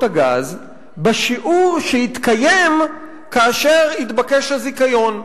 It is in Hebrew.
הגז בשיעור שהתקיים כאשר התבקש הזיכיון.